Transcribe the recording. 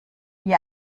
wie